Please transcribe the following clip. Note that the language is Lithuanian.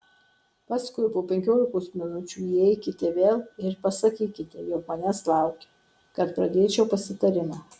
paskui po penkiolikos minučių įeikite vėl ir pasakykite jog manęs laukia kad pradėčiau pasitarimą